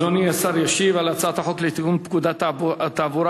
אדוני השר ישיב על הצעת החוק לתיקון פקודת התעבורה